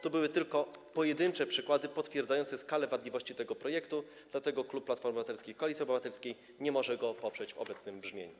To były tylko pojedyncze przykłady potwierdzające skalę wadliwości tego projektu, dlatego klub Platformy Obywatelskiej - Koalicji Obywatelskiej nie może go poprzeć w obecnym brzmieniu.